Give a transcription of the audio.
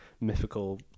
mythical